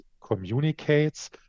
communicates